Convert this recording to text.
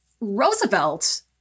Roosevelt